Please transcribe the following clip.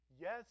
Yes